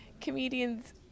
comedians